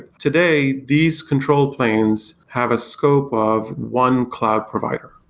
today, these control planes have a scope of one cloud provider.